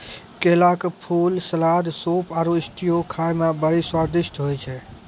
केला के फूल, सलाद, सूप आरु स्ट्यू खाए मे बड़ी स्वादिष्ट होय छै